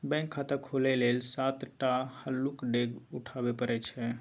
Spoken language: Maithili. बैंक खाता खोलय लेल सात टा हल्लुक डेग उठाबे परय छै